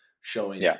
showing